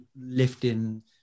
lifting